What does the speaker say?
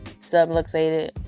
subluxated